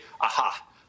aha